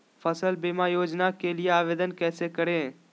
फसल बीमा योजना के लिए आवेदन कैसे करें?